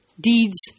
deeds